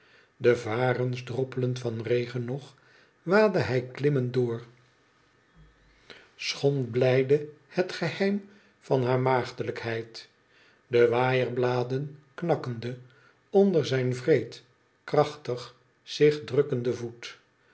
de varens droppelend van regen nog waadde hij khmmende door schond blijde het geheim van haar maagdelijkheid de waaierbladeren knakkende onder zijn wreed krachtig zich drukkenden voet